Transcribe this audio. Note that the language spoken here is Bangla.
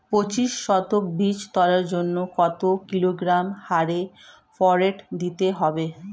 পঁচিশ শতক বীজ তলার জন্য কত কিলোগ্রাম হারে ফোরেট দিতে হবে?